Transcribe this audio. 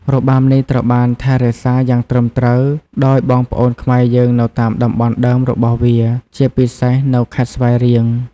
របាំនេះត្រូវបានថែរក្សាយ៉ាងត្រឹមត្រូវដោយបងប្អូនខ្មែរយើងនៅតាមតំបន់ដើមរបស់វា ជាពិសេសនៅខេត្តស្វាយរៀង។